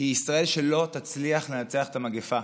היא ישראל שלא תצליח לנצח את המגפה.